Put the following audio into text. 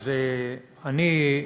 אז אני,